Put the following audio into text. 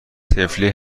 طفلی